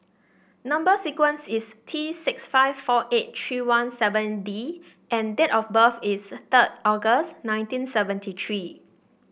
number sequence is T six five four eight three one seven D and date of birth is third August nineteen seventy three